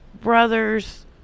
brothers